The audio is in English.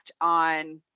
on